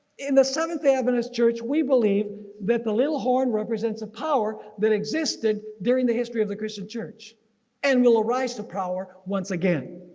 in the seventh day adventist church we believe that the little horn represents a power that existed during the history of the christian church and will ah rise to power once again.